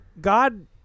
God